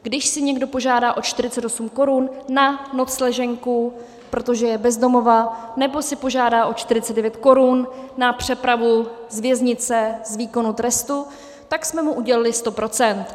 Když si někdo požádá o 48 korun na nocleženku, protože je bez domova, nebo si požádá o 49 korun na přepravu z věznice z výkonu trestu, tak jsme mu udělili 100 %.